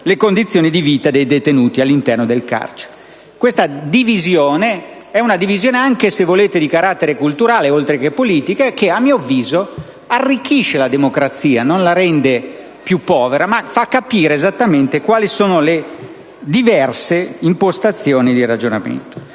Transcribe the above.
le condizioni di vita dei detenuti all'interno del carcere. Questa divisione, che è anche di carattere culturale oltre che politica, a mio avviso, arricchisce la democrazia, non la rende più povera, e fa capire esattamente quali sono le diverse impostazioni di ragionamento.